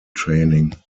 training